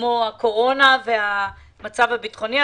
כמו הקורונה והמצב הביטחוני,